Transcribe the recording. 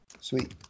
Sweet